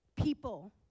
People